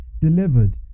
delivered